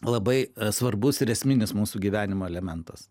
labai svarbus ir esminis mūsų gyvenimo elementas